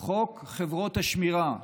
חוק חברות השמירה,